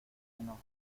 enojo